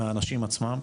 מהאנשים עצמם.